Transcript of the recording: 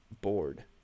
bored